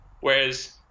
Whereas